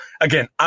again